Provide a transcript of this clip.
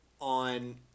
on